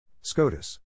scotus